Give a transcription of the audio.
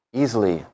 easily